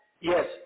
Yes